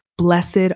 Blessed